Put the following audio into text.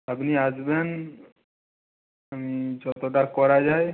আপনি আসবেন আমি যতটা করা যায়